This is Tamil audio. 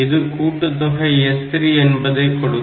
இது கூட்டுத்தொகை S3 என்பதை கொடுக்கும்